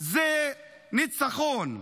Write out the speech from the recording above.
זה ניצחון,